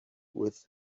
with